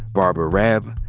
barbara raab,